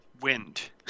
wind